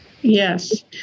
Yes